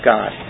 God